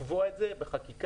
לקבוע את זה בחקיקה,